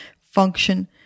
function